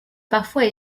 parfois